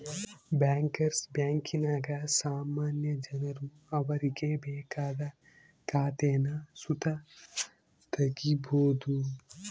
bankers ಬ್ಯಾಂಕಿನಾಗ ಸಾಮಾನ್ಯ ಜನರು ಅವರಿಗೆ ಬೇಕಾದ ಖಾತೇನ ಸುತ ತಗೀಬೋದು